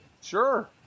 Sure